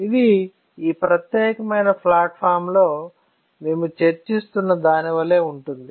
ఇది ఈ ప్రత్యేకమైన ప్లాట్ఫామ్లో మేము చర్చిస్తున్న దాని వలె ఉంటుంది